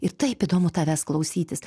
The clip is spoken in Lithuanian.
ir taip įdomu tavęs klausytis